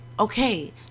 Okay